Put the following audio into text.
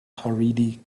haredi